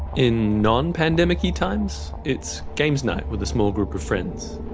in non-pandemicy times it's games night with a small group of friends,